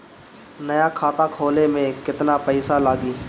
नया खाता खोले मे केतना पईसा लागि?